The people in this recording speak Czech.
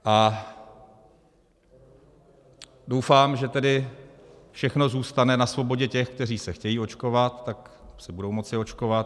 A doufám, že tedy všechno zůstane na svobodě těch, kteří se chtějí očkovat, tak se budou moci očkovat.